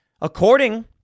According